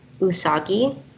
Usagi